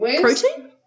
Protein